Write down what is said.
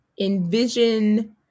envision